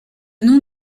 nom